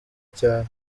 cyane